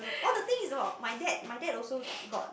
all the thing is about my dad my dad also got